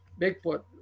Bigfoot